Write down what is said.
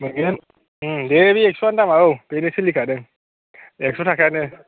मोनगोन दे बे एकस'आनो दामा औ बेनो सोलिखादों एक्स' थाखायानो